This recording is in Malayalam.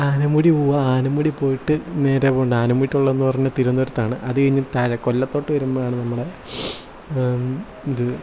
ആനമുടി പോവുക ആനമുടി പോയിട്ട് നേരെ പോണ്ടത് ആനമുടി ഉള്ളതെന്ന് പറഞ്ഞാൽ തിരുവനന്തപുരത്താണ് അതു കഴിഞ്ഞിട്ട് താഴെ കൊല്ലത്തോട്ട് വരുമ്പോഴാണ് നമ്മുടെ ഇത്